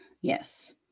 Yes